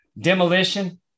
demolition